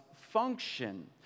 function